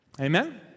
Amen